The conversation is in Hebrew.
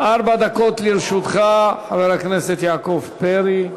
ארבע דקות לרשותך, חבר הכנסת יעקב פרי.